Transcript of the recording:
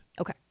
Okay